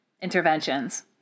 interventions